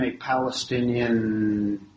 Palestinian